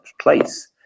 place